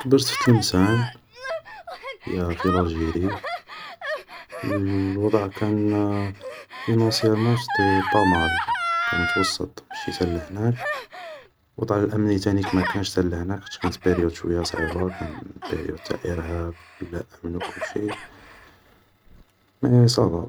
كبرت في تلمسان, هي في لالجيري, و الوضع كان فينونسيارمون سيتي با مال, كان متوسط ماسي تا لهناك, الوضع الأمني مكانش تا هناك, خطش كانت باريود شوية صعيبة, كان باريود تاع إرهاب و اللا امن و كلشي, مي صافا